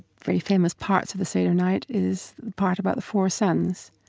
very famous parts of the seder night is the part about the four sons,